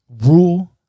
rule